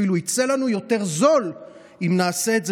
אפילו יצא לנו יותר זול אם נעשה את זה